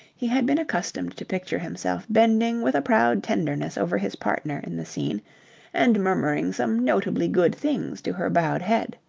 he had been accustomed to picture himself bending with a proud tenderness over his partner in the scene and murmuring some notably good things to her bowed head.